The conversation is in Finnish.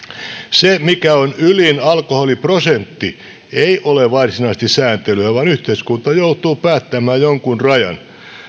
se mikä on ylin alkoholiprosentti ei ole varsinaisesti sääntelyä vaan yhteiskunta joutuu päättämään jonkun rajan